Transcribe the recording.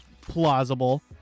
plausible